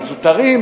הזוטרים,